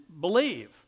believe